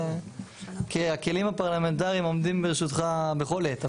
הכלים הפרלמנטריים עומדים לרשותך בכל עת.